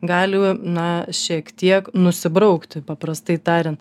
gali na šiek tiek nusibraukti paprastai tariant